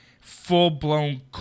full-blown